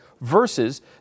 versus